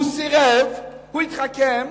הוא סירב, הוא התחכם,